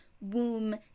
womb